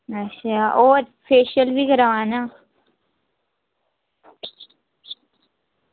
अच्छा होर फेशियल बी कराना